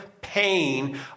pain